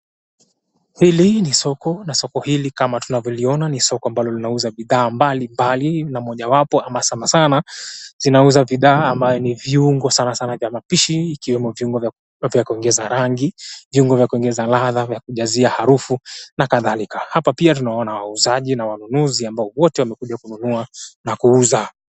Hili ni soko na soko hili kama tunavyoliona ni soko ambalo linauza bidhaa mbalimbali na mojawapo ama sana sana zinauza bidhaa ama ni viungo sana sana vya mapishi ikiwemo viungo vya kuongeza rangi, viungo vya kuongeza ladha, vya kujazia harufu na kadhalika. Hapa pia tunawaona wauzaji na wanunuzi ambao wote wamekuja kununua na kuuza.